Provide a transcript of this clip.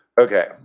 Okay